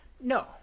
No